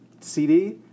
CD